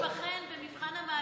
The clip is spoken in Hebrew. אנחנו ניבחן במבחן המעשה.